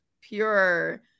pure